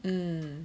mm